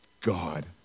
God